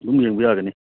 ꯑꯗꯨꯝ ꯌꯦꯡꯕ ꯌꯥꯒꯅꯤ